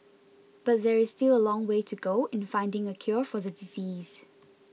but there is still a long way to go in finding a cure for the disease